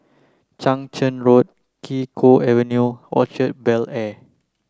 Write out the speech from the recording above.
Chang Charn Road Kee Choe Avenue Orchard Bel Air